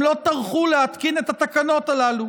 הם לא טרחו להתקין את התקנות הללו,